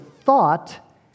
thought